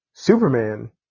Superman